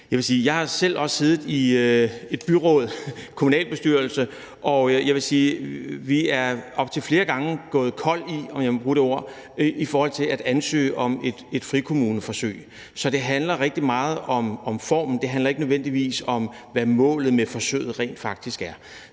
Jeg har også selv siddet i et byråd, en kommunalbestyrelse, og jeg vil sige, at vi op til flere gange er gået kold, om jeg må bruge det ord, i forhold til at ansøge om et frikommuneforsøg. Så det handler rigtig meget om formen. Det handler ikke nødvendigvis om, hvad målet med forsøget rent faktisk er.